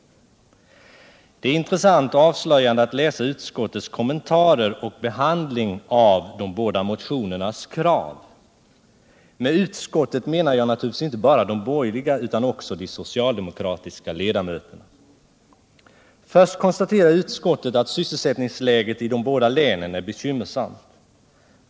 Det är intressant och avslöjande att läsa utskottets behandling av och kommentarer till de båda motionernas krav. Med utskottet menar jag naturligtvis inte bara de borgerliga utan också de socialdemokratiska ledamöterna. Först konstaterar utskottet att sysselsättningsläget i de båda länen är bekymmersamt.